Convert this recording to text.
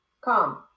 Come